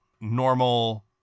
normal